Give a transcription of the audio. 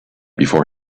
before